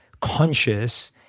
conscious